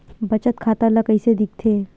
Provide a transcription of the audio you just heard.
बचत खाता ला कइसे दिखथे?